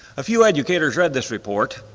a few educators read this report,